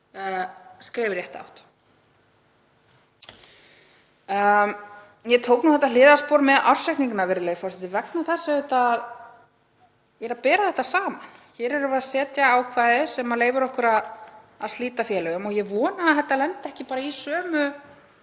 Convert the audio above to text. skref í rétta átt. Ég tók nú þetta hliðarspor með ársreikningana, virðulegi forseti, vegna þess að ég er að bera þetta saman. Hér erum við að setja ákvæði sem leyfir okkur að slíta félögum og ég vona að þetta lendi ekki í sömu